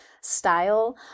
style